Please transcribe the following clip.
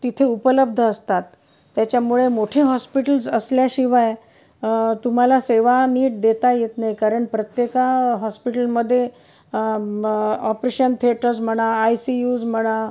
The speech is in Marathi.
तिथे उपलब्ध असतात त्याच्यामुळे मोठी हॉस्पिटल्स असल्याशिवाय तुम्हाला सेवा नीट देता येत नाही कारण प्रत्येका हॉस्पिटलमध्ये ऑपरेशन थेटर्स म्हणा आय सी यूज म्हणा